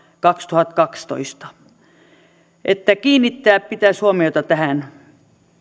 kaksituhattakaksitoista pitäisi kiinnittää huomiota tähän